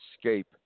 escape